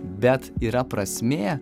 bet yra prasmė